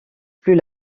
plus